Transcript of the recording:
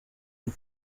uko